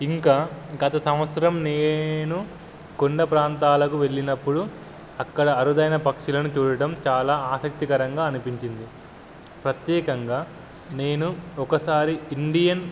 ఇంకా గత సంవత్సరం నేను కొండ ప్రాంతాలకు వెళ్ళినప్పుడు అక్కడ అరుదైన పక్షులను చూడటం చాలా ఆసక్తికరంగా అనిపించింది ప్రత్యేకంగా నేను ఒకసారి ఇండియన్